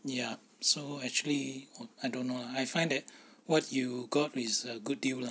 ya so actually I don't know I find that what you got is a good deal lah